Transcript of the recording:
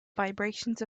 vibrations